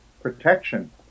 protection